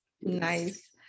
nice